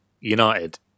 United